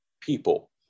people